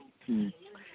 ᱦᱮᱸ